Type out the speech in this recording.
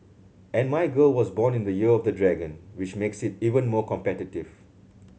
and my girl was born in the Year of the Dragon which makes it even more competitive